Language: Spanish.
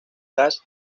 gas